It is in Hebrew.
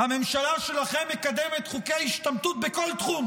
הממשלה שלכם מקדמת חוקי השתמטות בכל תחום.